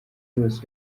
yose